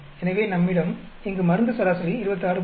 எனவே நம்மிடம் இங்கு மருந்து சராசரி 26